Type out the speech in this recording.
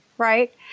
Right